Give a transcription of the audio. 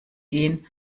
gehen